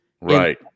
Right